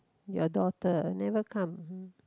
your daughter never come